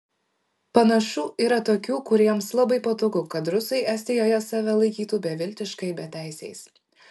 panašu yra tokių kuriems labai patogu kad rusai estijoje save laikytų beviltiškai beteisiais